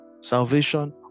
salvation